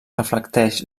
reflecteix